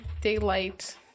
daylight